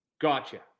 Gotcha